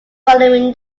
following